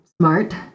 smart